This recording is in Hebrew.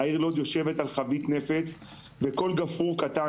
העיר יושבת על חבית נפץ וכל גפרור קטן,